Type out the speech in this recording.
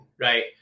right